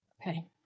okay